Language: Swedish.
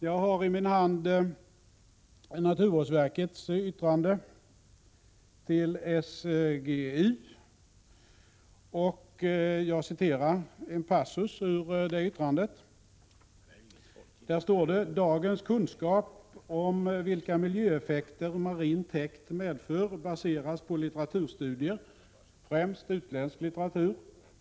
Jag har i min hand naturvårdsverkets yttrande till SGU, och jag vill citera en passus ur det yttrandet: ”Dagens kunskap om vilka miljöeffekter marin täkt medför baseras på litteraturstudier (främst utländsk litt.